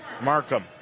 Markham